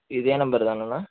இதே நம்பர் தானேண்ணா